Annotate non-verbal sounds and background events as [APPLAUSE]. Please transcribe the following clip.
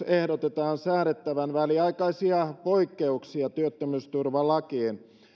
[UNINTELLIGIBLE] ehdotetaan säädettävän väliaikaisia poikkeuksia työttömyysturvalakiin